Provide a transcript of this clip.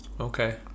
okay